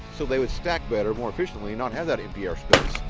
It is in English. so they would stack better, more efficiently not have that empty air space.